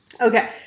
Okay